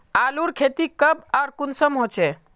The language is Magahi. आलूर खेती कब आर कुंसम होचे?